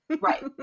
Right